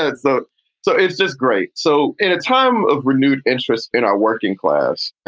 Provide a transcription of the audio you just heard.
and so so it's just great. so in a time of renewed interest in our working class